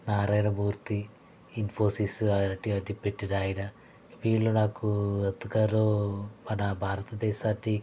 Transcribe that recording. నారాయణమూర్తి ఇన్ఫోసిస్ అది అది పెట్టిన ఆయన వీళ్ళు నాకు ఎంతగానో మన భారతదేశాన్ని